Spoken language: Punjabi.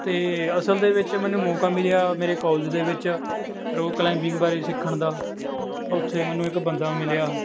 ਅਤੇ ਅਸਲ ਦੇ ਵਿੱਚ ਮੈਨੂੰ ਮੌਕਾ ਮਿਲਿਆ ਮੇਰੇ ਕੋਲਜ ਦੇ ਵਿੱਚ ਰੌਕ ਕਲਾਈਮਬਿੰਗ ਬਾਰੇ ਸਿੱਖਣ ਦਾ ਉੱਥੇ ਮੈਨੂੰ ਇੱਕ ਬੰਦਾ ਮਿਲਿਆ